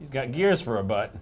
you got gears for a but